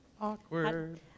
Awkward